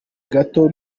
gato